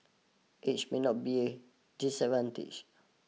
age may not be a disadvantage